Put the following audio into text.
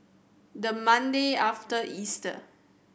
the Monday after Easter